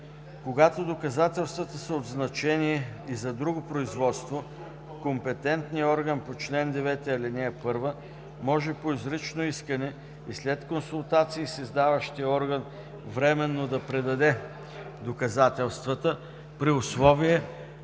Когато доказателствата са от значение и за друго производство, компетентният орган по чл. 9, ал. 1 може по изрично искане и след консултации с издаващия орган временно да предаде доказателствата, при условие